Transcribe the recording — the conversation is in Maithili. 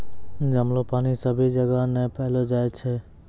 जमलो पानी सभी जगह नै पैलो जाय छै